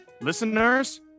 listeners